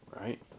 Right